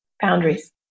boundaries